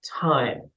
time